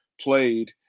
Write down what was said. played